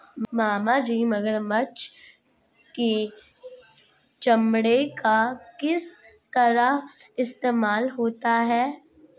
मामाजी मगरमच्छ के चमड़े का किस तरह इस्तेमाल होता है?